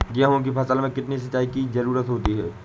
गेहूँ की फसल में कितनी सिंचाई की जरूरत होती है?